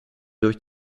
durch